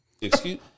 Excuse